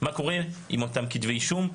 מה קורה עם אותם כתבי אישום.